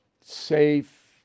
safe